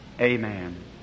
Amen